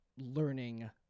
learning